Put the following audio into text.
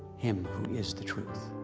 him who is the truth.